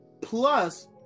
plus